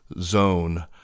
zone